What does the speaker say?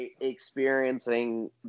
experiencing